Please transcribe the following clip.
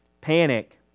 panic